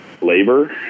labor